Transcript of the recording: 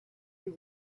you